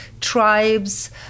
tribes